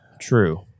true